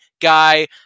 guy